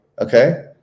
Okay